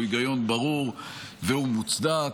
הוא היגיון ברור והוא מוצדק,